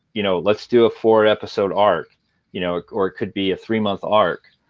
you know let's do a four-episode arc you know or it could be a three-month arc.